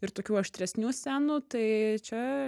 ir tokių aštresnių scenų tai čia